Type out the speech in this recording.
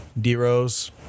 D-Rose